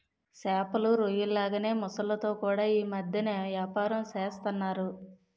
సేపలు, రొయ్యల్లాగే మొసల్లతో కూడా యీ మద్దెన ఏపారం సేస్తన్నారు